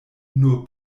nur